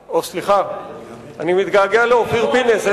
סליחה, אני מתגעגע לאופיר פינס.